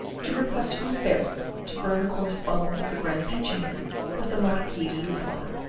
to request van baerle to burn the correspondence of the grand pensionary with the marquis de louvois.